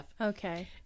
Okay